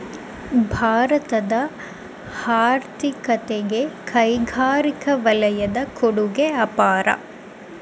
ಭಾರತದ ಆರ್ಥಿಕತೆಗೆ ಕೈಗಾರಿಕಾ ವಲಯದ ಕೊಡುಗೆ ಅಪಾರ